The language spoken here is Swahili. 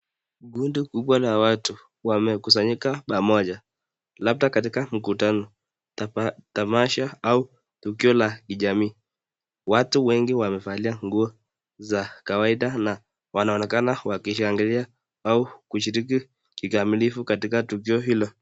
Kundi kubwa la watu wamekusanyika pamoja, labda katika mkutano, tamasha au tukio la kijamii. Watu wengi wamevalia nguo za kawaida na wanaonekana wakishangilia au kushiriki kikamilifu katika tukio hilo.